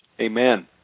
Amen